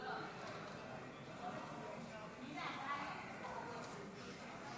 52 בעד,